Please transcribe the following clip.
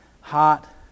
hot